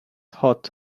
hot